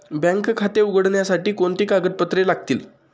Bank खाते उघडण्यासाठी कोणती कागदपत्रे लागतील?